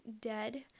dead